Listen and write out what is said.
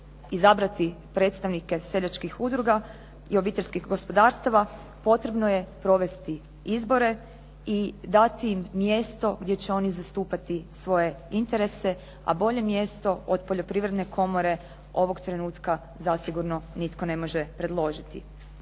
izabrati predstavnike seljačkih udruga i obiteljskih gospodarstava potrebno je provesti izbore i dati im mjesto gdje će oni zastupati svoje interese a bolje mjesto od poljoprivredne komore ovog trenutka zasigurno nitko ne može predložiti.